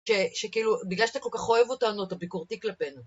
שכאילו, בגלל שאתה כל כך אוהב אותנו, אתה ביקורתי כלפינו.